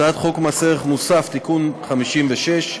הצעת חוק מס ערך מוסף (תיקון מס' 56),